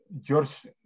George